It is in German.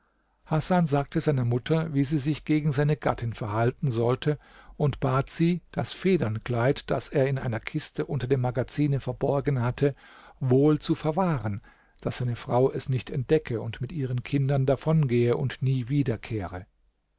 hasan sagte seiner mutter wie sie sich gegen seine gattin verhalten sollte und bat sie das federnkleid das er in einer kiste unter dem magazine verborgen hatte wohl zu verwahren daß seine frau es nicht entdecke und mit ihren kindern davongehe und nie